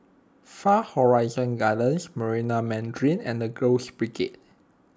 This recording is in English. Far Horizon Gardens Marina Mandarin and the Girls Brigade